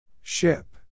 Ship